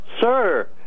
Sir